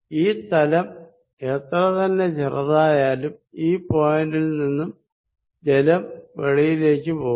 ഈ താളം എത്ര തന്നെ ചെറുതായാലും ഈ പോയിന്റിൽ നിന്നും ജലം വെളിയിലേക്ക് പോകും